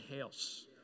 house